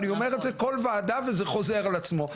אני אומר את זה כל ועדה וזה חוזר על עצמו.